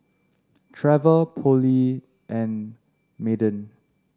Trevor Polly and Madden